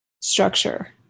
structure